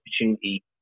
opportunity